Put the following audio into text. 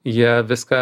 jie viską